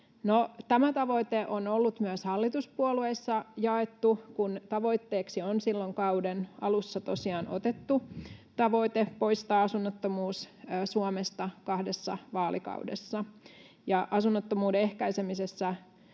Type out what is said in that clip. tämä tavoite on ollut myös hallituspuolueissa jaettu, kun tavoitteeksi on silloin kauden alussa tosiaan otettu tavoite poistaa asunnottomuus Suomesta kahdessa vaalikaudessa. Asunnottomuuden ehkäisemisessä